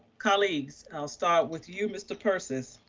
colleagues. i'll start with you, mr. persis.